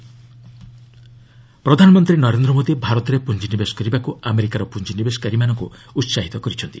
PM US IBC ପ୍ରଧାନମନ୍ତ୍ରୀ ନରେନ୍ଦ୍ର ମୋଦି ଭାରତରେ ପୁଞ୍ଜିନିବେଶ କରିବାକୁ ଆମେରିକାର ପୁଞ୍ଜିନିବେଶକାରୀମାନଙ୍କୁ ଉତ୍ସାହିତ କରିଛନ୍ତି